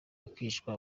bakicwa